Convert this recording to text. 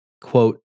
quote